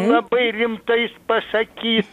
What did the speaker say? labai rimtai pasakyt